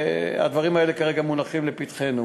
והדברים האלה כרגע מונחים לפתחנו.